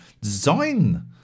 design